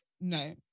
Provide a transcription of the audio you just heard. no